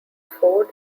ford